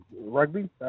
rugby